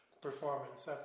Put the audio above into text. performance